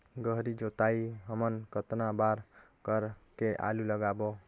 गहरी जोताई हमन कतना बार कर के आलू लगाबो?